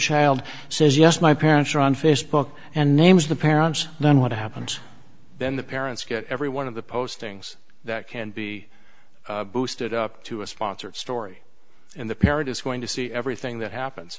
child says yes my parents are on facebook and names the parents then what happens then the parents get every one of the postings that can be boosted up to a sponsored story and the parent is going to see everything that happens